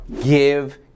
give